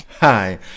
Hi